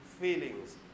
feelings